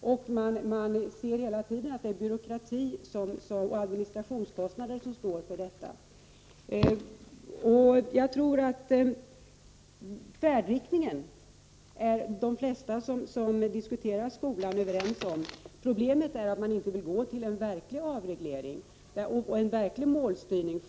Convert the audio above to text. Och det är kostnaderna för byråkrati och administration som ökar. Jag tror att de flesta som diskuterar skolan är överens om färdriktningen. Problemet är att de flesta inte vill genomföra en verklig avreglering och en verklig målstyrning.